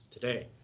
today